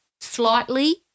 slightly